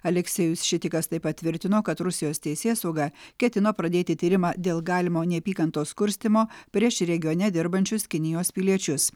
aleksejus šitikas tai patvirtino kad rusijos teisėsauga ketino pradėti tyrimą dėl galimo neapykantos kurstymo prieš regione dirbančius kinijos piliečius